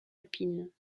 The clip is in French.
alpines